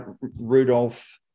Rudolph